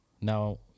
Now